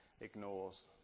ignores